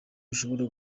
bishobora